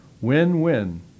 Win-win